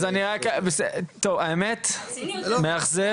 האמת מאכזב.